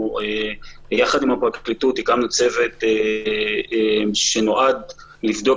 ביחד עם הפרקליטות הקמנו צוות שנועד לבדוק